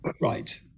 Right